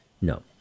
No